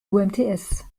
umts